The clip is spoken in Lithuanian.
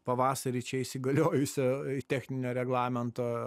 pavasarį čia įsigaliojusio techninio reglamento